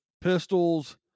pistols